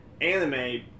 anime